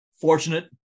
Fortunate